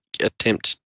attempt